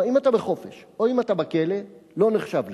כלומר, אם אתה בחופשה או אם אתה בכלא, לא נחשב לך.